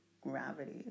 gravity